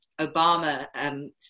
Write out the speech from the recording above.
Obama